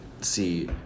see